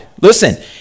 Listen